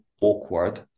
awkward